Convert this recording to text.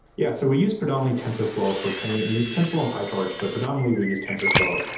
yeah. so we use predominantly tensorflow for training. we use tensorflow and pytorch, but predominantly we use tensorflow,